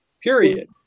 period